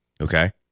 Okay